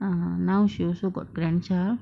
(uh huh) now she also got grandchild